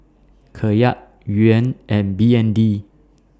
Kyat Yuan and B N D